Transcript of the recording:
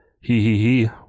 hee-hee-hee